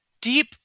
deep